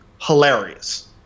hilarious